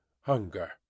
hunger